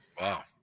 wow